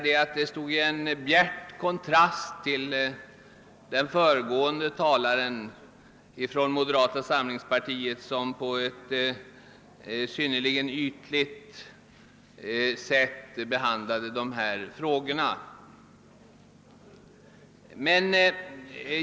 Det stod i bjärt kontrast till den föregående talarens från moderata samlingspartiet som på ett synnerligen yltigt sätt behandlade dessa frågor.